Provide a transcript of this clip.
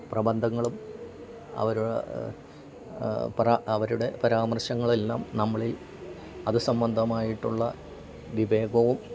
പ്രബന്ധങ്ങളും അവരോ പറാ അവരുടെ പരാമർശങ്ങൾ എല്ലാം നമ്മളിൽ അത് സംബന്ധമായിട്ടുള്ള വിവേകവും